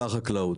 שר החקלאות.